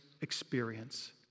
experience